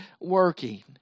working